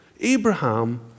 Abraham